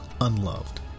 unloved